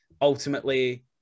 ultimately